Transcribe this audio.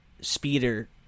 speeder